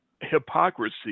hypocrisy